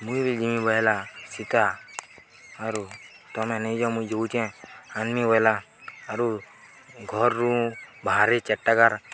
ମୁଇଁ ବି ଜିମି ବୋଇଲା ସୀତା ଆରୁ ତମେ ନେଇଯାଅ ମୁଇଁ ଯାଉଁଛେ ଆନମି ବୋଇଲା ଆରୁ ଘରରୁ ବାହାରେ ଚାରିଟା ଗାର